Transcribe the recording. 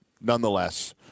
nonetheless